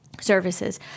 services